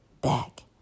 back